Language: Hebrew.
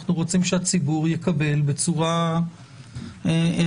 אנחנו רוצים שהציבור יקבל בצורה טובה,